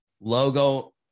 logo